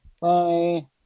Bye